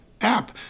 app